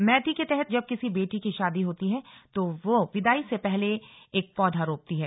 मैती के तहत जब किसी बेटी की शादी होती है तो वह विदाई से पहले एक पौधा रोपती है